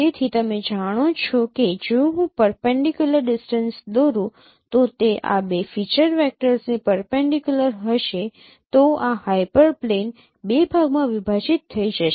તેથી તમે જાણો છો કે જો હું પરપેન્ડિકયુલર ડિસ્ટન્સ દોરું તો તે આ બે ફીચર વેક્ટર્સને પરપેન્ડિકયુલર હશે તો આ હાયપર પ્લેન બે ભાગ માં વિભાજિત થઈ જશે